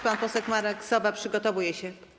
Pan poseł Marek Sowa przygotowuje się.